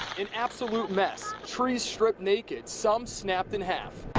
an absolute mess. trees stripped naked, some snapped in half.